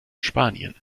spanien